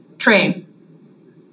train